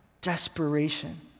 Desperation